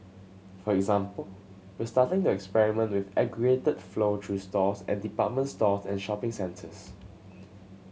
for example we're starting to experiment with aggregated flow through stores and department stores and shopping centres